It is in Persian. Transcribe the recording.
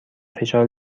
فشار